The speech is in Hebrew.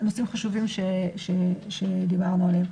נושאים חשובים שדיברנו עליהם.